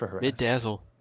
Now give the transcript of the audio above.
Mid-dazzle